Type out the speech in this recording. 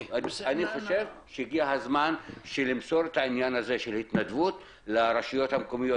אני חושב שהגיע הזמן למסור את עניין ההתנדבות לרשויות המקומיות